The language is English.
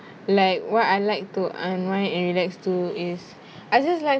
like what I like to unwind and relax too is I just like